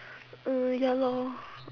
um ya lor